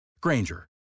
Granger